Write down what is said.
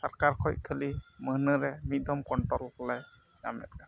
ᱥᱚᱨᱠᱟᱨ ᱠᱷᱚᱱ ᱠᱷᱟᱹᱞᱤ ᱢᱟᱹᱦᱱᱟᱹ ᱨᱮ ᱢᱤᱫ ᱫᱚᱢ ᱠᱚᱱᱴᱳᱞ ᱠᱚᱞᱮ ᱧᱟᱢᱮᱫ ᱠᱟᱱᱟ